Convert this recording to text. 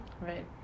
Right